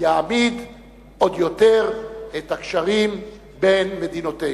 יעמיק עוד יותר את הקשרים בין מדינותינו.